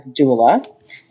doula